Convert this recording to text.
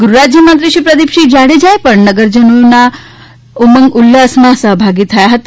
ગુહરાજ્યમંત્રી પ્રદીપસિંહ જાડેજા પણ નગરજનોના ઉમંગ ઉલ્લાસમાં સહભાગી થયા હતા